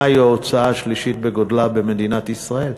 מהי ההוצאה השלישית בגודלה במדינת ישראל,